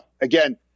again